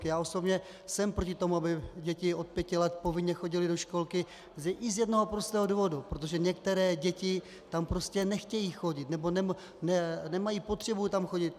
Já osobně jsem proti tomu, aby děti od pěti let povinně chodily do školky, i z jednoho prostého důvodu protože některé děti tam prostě nechtějí chodit nebo nemají potřebu tam chodit.